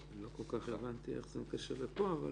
לא כל כך הבנתי איך זה מתקשר לפה, אבל